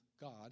God